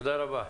תודה רבה.